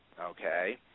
okay